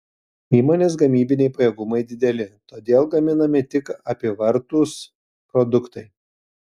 įmonės gamybiniai pajėgumai dideli todėl gaminami tik apyvartūs produktai